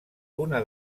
una